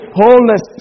wholeness